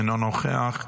אינו נוכח,